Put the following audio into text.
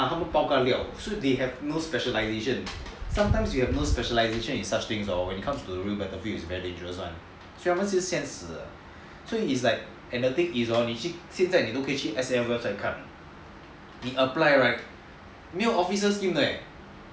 ah 他们 bao ka liao so they have no specialisation and sometimes when you have no specialisation in such things hor when it comes to the real thing right it's very dangerous [one] so 他们是先死的 so it's like and the thing is hor 你现在可以去 S_A_F website 看你 apply right 没有 officer scheme leh